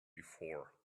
before